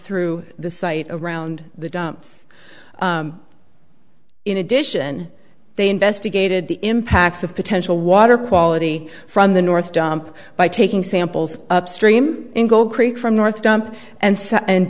through the site around the dumps in addition they investigated the impacts of potential water quality from the north dump by taking samples upstream in gold creek from north dump and